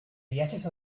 viatges